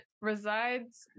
resides